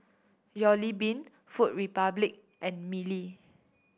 Jollibean Food Republic and Mili